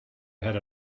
ahead